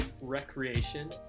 recreation